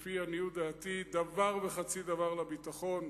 לפי עניות דעתי, דבר וחצי דבר לביטחון,